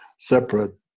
separate